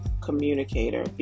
communicator